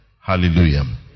Hallelujah